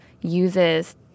uses